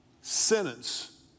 sentence